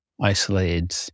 isolated